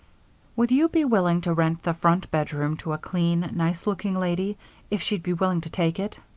would you be willing to rent the front bedroom to a clean, nice-looking lady if she'd be willing to take it?